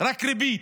רק ריבית,